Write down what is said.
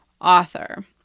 author